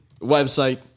Website